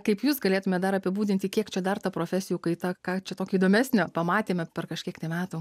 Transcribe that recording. kaip jūs galėtumėt dar apibūdinti kiek čia dar ta profesijų kaita ką čia tokio įdomesnio pamatėme per kažkiek tai metų